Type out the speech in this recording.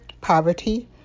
poverty